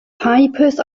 papers